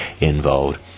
involved